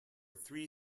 three